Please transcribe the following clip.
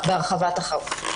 בהרחבת החוק.